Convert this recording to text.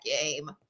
game